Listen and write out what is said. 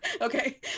Okay